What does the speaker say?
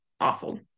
awful